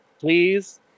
Please